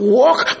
walk